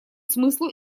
смыслу